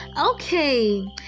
Okay